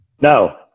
No